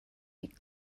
make